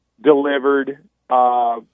delivered